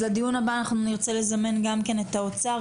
אז לדיון הבא אנחנו נרצה לזמן גם כן את האוצר,